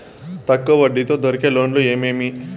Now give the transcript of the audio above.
తక్కువ వడ్డీ తో దొరికే లోన్లు ఏమేమి